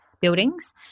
buildings